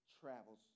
travels